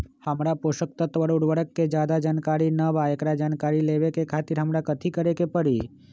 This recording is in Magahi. हमरा पोषक तत्व और उर्वरक के ज्यादा जानकारी ना बा एकरा जानकारी लेवे के खातिर हमरा कथी करे के पड़ी?